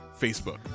Facebook